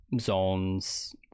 zones